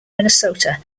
minnesota